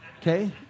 Okay